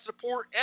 support